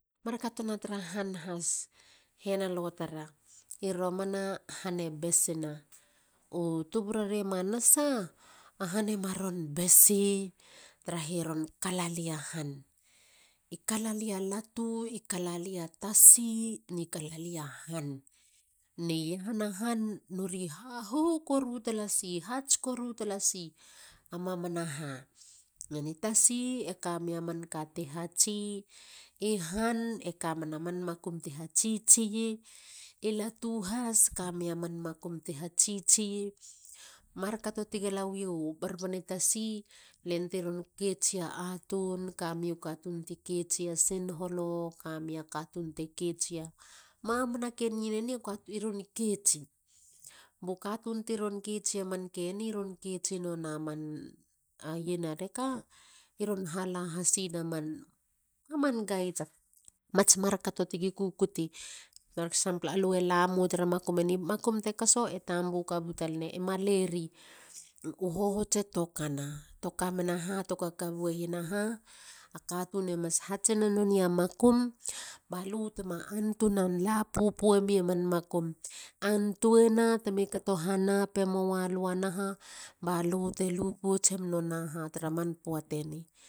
Markato na turu han has hena lugo tara i romana han e besina. u tuburare manasa a han e maron besi tara he ron kalalei a han. I kalalei a latu. i kalalei a tasi ne kalalei a han. Ne i iahanahan nori hahuhu talasi. hats koru talasi a mamana ha. Eni tasi e kameia man ka ti hatsiyi. e han e kameia man makum teron hatsitsiyi. Markato ti galawiu barebani tasi. len tiron ketsia atun ka mia mamana marken iena ti ron kets tuniyi. U katun teron ketsia man iena reka i hala hasina mats markato tigi kukuti eg;a lue la mou tra makum eni. makum tekaso e tambu kabu taleiena ha a katun e mas hatsena nona makum. Ba lu tema antuein lu pupue miaman makum. Antuna te mi kato hanap e moa lu a naha ba lu te lu potsem nona ha tra man ha poata teni.